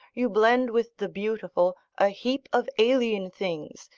you blend with the beautiful a heap of alien things,